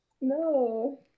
No